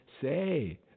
say